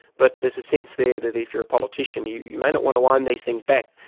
but there's a sense there that, if you're a politician, you you may not want to wind these things back.